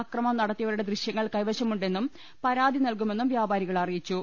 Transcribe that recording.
ആക്രമണം നടത്തിയവരുടെ ദൃശ്യങ്ങൾ കൈവശമുണ്ടെന്നും പരാതി നൽകുമെന്നും വ്യാപാരികൾ അറി യിച്ചു